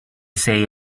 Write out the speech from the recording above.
say